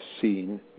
seen